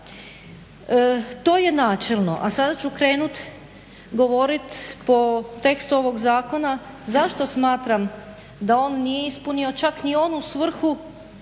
To je načelno, a sada ću krenuti govorit po tekstu ovog zakona zašto smatram da on nije ispunio čak ni onu svrhu